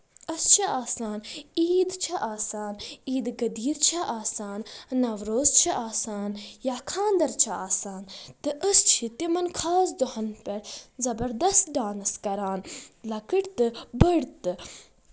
اَسہِ چھِ آسان عیٖد چھِ آسان عیٖدِ گٔدیٖر چھِ آسان نوروز چھُ آسان یا کھاندر چھُ آسان تہٕ أسۍ چھِ تِمن خاص دوہَن پٮ۪ٹھ زَبردست ڈانس کران لۄکٕٹۍ تہ بٔڑۍ تہ